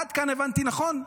עד כאן הבנתי נכון?